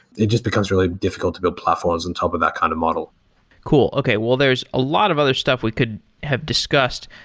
it just becomes really difficult to build platforms on and top of that kind of model cool. okay. well, there's a lot of other stuff we could have discussed,